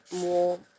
more